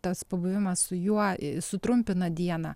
tas pabuvimas su juo sutrumpina dieną